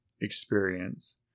experience